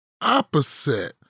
opposite